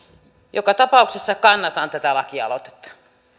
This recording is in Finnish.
joka tapauksessa kannatan tätä lakialoitetta